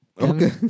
Okay